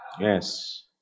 Yes